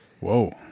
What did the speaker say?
Whoa